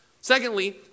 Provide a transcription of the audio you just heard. Secondly